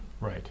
Right